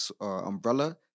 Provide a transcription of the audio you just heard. umbrella